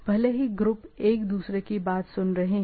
भले ही ग्रुप एक दूसरे की बात सुन रहे हो